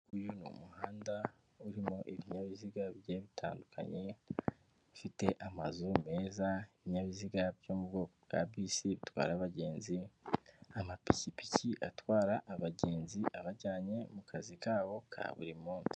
Uyu ni umuhanda urimo ibinyabiziga bigiye bitandukanye, ufite amazu meza, ibinyabiziga byo mu bwoko bwa bisi bitarwa abagenzi, amapikipiki atwara abagenzi abajyanye mu kazi kabo ka buri munsi.